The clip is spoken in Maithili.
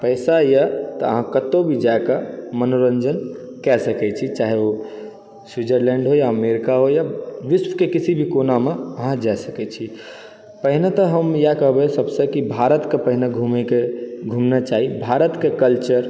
पैसा यऽ तऽ अहाँ कत्तौ भी जाके मनोरञ्जन कए सकै छी चाहे ओ स्विजरलैण्ड हुए अमेरिका हुए विश्वके किसी भी कोनामे अहाँ जा सकै छी पहिने तऽ हम इएह कहबै सबसँ कि भारतके पहिने घूमै के घूमना चाही भारतके कल्चर